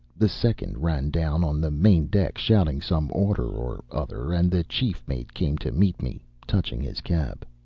the second ran down on the main-deck shouting some order or other, and the chief mate came to meet me, touching his cap.